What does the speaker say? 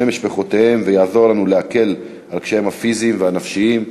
משפחותיהם ויעזור לנו להקל על קשייהם הפיזיים והנפשיים.